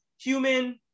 human